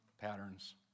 patterns